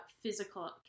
physical